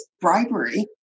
bribery